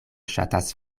ŝatas